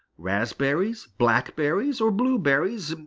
raspberries, blackberries, or blueberries,